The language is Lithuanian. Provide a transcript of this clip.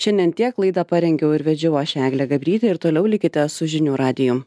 šiandien tiek laidą parengiau ir vedžiau aš eglė gabrytė ir toliau likite su žinių radiju